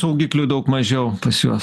saugiklių daug mažiau pas juos